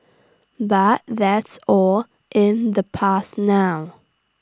but that's all in the past now